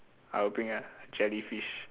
I'll bring a jellyfish